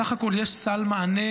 בסך הכול יש סל מענה,